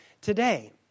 today